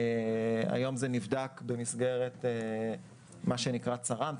היום זה נבדק במסגרת מה שנקרא צר"מ,